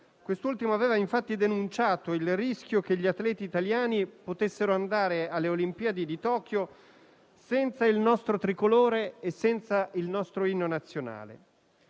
che aveva infatti denunciato il rischio che gli atleti italiani potessero andare alle Olimpiadi di Tokyo senza il nostro tricolore e l'inno nazionale.